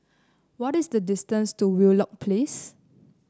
what is the distance to Wheelock Place